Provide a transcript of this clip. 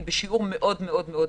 זה בשיעור מאוד מאוד נמוך.